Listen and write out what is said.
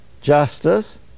justice